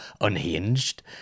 unhinged